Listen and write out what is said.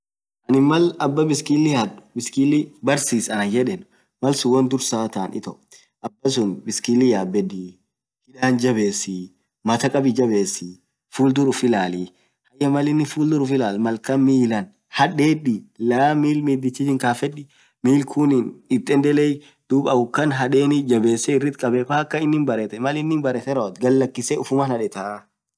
aniin maal abaa biskiili haad barsiis anaan yedeen malsuun woan duursaa taan itoo, abasuun biskilii yabedii, matta kabii jabesii, fulldur uff ilaalii, milaan hadedii, kamidichaatiin kaasii kuunin endeleei, akuum kaan hadeeni irrit kabee, pakaa ininn bareet maliin baretee rawooat galakisee ufuman hadetaa.